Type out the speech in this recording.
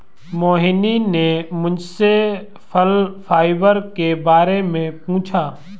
मोहिनी ने मुझसे फल फाइबर के बारे में पूछा